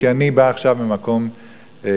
כי אני בא עכשיו ממקום קדוש,